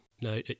no